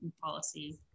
policy